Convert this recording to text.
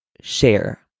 share